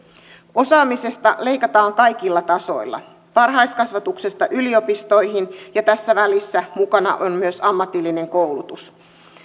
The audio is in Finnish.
osaamisesta leikataan kaikilla tasoilla varhaiskasvatuksesta yliopistoihin ja tässä välissä mukana on myös ammatillinen koulutus